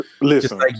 Listen